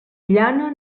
llana